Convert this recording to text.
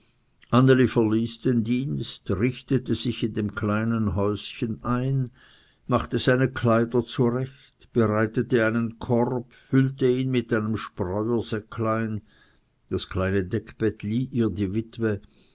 anneli verließ den dienst richtete sich in dem kleinen häuschen ein machte seine kleider zurecht bereitete einen korb füllte ihn mit einem spreuersäcklein das kleine deckbett lieh ihr die witwe